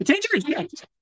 Tangerines